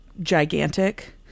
gigantic